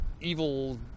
evil